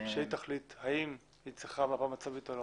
שהיא תחליט האם היא צריכה מפה מצבית או לא.